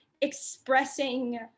expressing